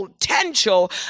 potential